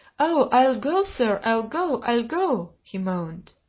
oh, i'll go, sir! i'll go, i'll go, he moaned.